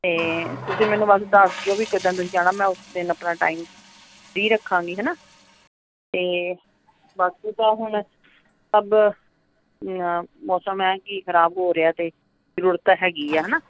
ਅਤੇ ਤੁਸੀਂ ਮੈਨੂੰ ਬਸ ਦੱਸ ਦਿਓ ਵੀ ਕਿੱਦਣ ਤੁਸੀਂ ਜਾਣਾ ਮੈਂ ਉਸ ਦਿਨ ਆਪਣਾ ਟਾਈਮ ਵੀ ਰੱਖਾਂਗੀ ਹੈ ਨਾ ਅਤੇ ਬਾਕੀ ਤਾਂ ਹੁਣ ਸਭ ਮੌਸਮ ਹੈ ਕੀ ਖਰਾਬ ਹੋ ਰਿਹਾ ਅਤੇ ਜ਼ਰੂਰਤ ਤਾਂ ਹੈਗੀ ਆ ਹੈ ਨਾ